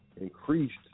increased